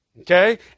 Okay